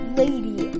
lady